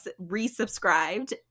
resubscribed